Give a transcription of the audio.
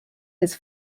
his